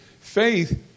faith